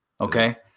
Okay